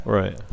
right